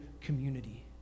community